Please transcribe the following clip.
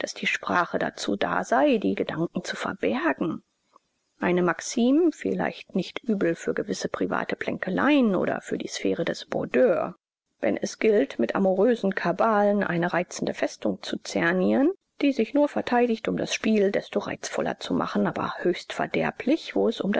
die sprache dazu da sei die gedanken zu verbergen eine maxime vielleicht nicht übel für gewisse private plänkeleien oder für die sphäre des boudoirs wenn es gilt mit amourösen kabalen eine reizende festung zu zernieren die sich nur verteidigt um das spiel desto reizvoller zu machen aber höchst verderblich wo es um